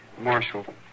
Marshal